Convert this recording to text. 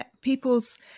people's